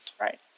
Right